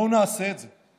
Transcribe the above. בואו נעשה את זה.